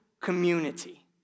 community